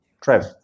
trev